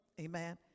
amen